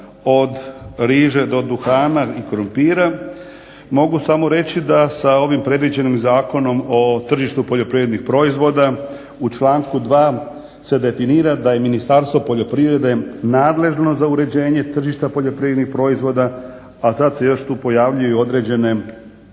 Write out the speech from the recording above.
od riže do duhana, i krumpira. Mogu samo reći da sa ovim predviđenim zakonom o tržištu poljoprivrednih proizvoda u članku 2. se definira: "Da je Ministarstvo poljoprivrede nadležno za uređenje tržišta poljoprivrednih proizvoda, a sad još tu pojavljuju i određene